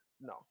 No